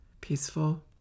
peaceful